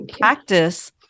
practice